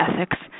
ethics